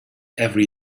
every